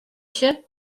się